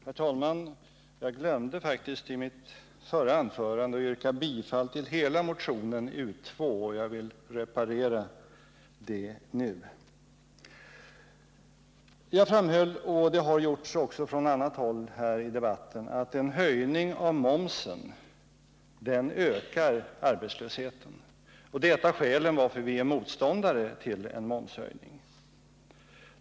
Herr talman! Jag glömde i mitt förra anförande att yrka bifall till hela motionen U:2. Jag vill reparera det nu. Jag framhöll — och det har också gjorts från annat håll här i debatten — att en höjning av momsen ökar arbetslösheten. Det är ett av skälen till att vi är motståndare till en momshöjning.